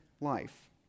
life